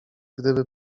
gdyby